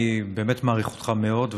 אני באמת מעריך אותך מאוד,